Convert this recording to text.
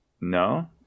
no